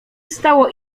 stało